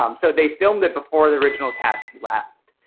um so they filmed it before the original cast left.